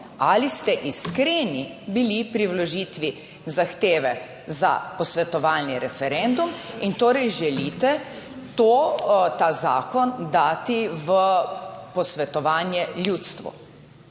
ali ste iskreni bili pri vložitvi zahteve za posvetovalni referendum in torej želite to, ta zakon dati v posvetovanje ljudstvu?